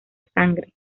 sangre